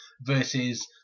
versus